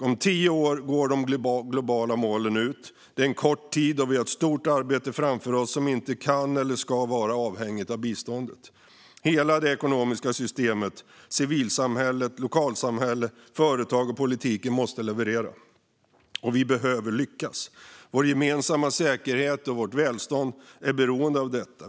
Om tio år går tiden för de globala målen ut. Det är kort tid, och vi har ett stort arbete framför oss som inte kan eller ska vara avhängigt av biståndet. Hela det ekonomiska systemet, civilsamhället, lokalsamhället, företagen och politiken måste leverera. Vi behöver lyckas. Vår gemensamma säkerhet och vårt välstånd är beroende av detta.